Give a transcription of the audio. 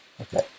Okay